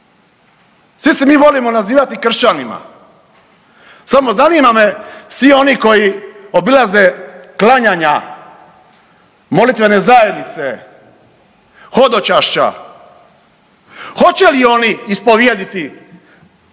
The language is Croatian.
svi se mi volimo nazivati kršćanima. Samo zanima me svi oni koji obilaze klanjanja, molitvene zajednice, hodočašća, hoće li oni ispovjediti